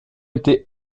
été